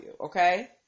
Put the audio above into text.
okay